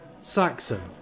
Saxon